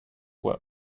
were